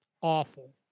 Awful